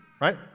Right